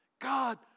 God